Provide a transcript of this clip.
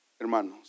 hermanos